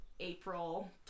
April